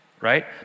right